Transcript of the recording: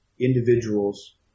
individuals